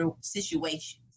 situations